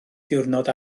diwrnod